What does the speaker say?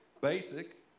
basic